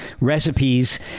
recipes